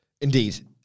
Indeed